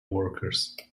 workers